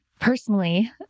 personally